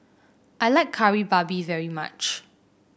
I like Kari Babi very much